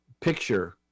picture